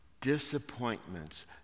disappointments